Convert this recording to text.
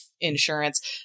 insurance